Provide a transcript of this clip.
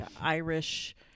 Irish